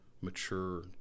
mature